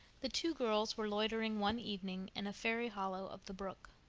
the two girls were loitering one evening in a fairy hollow of the brook.